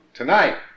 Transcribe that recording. tonight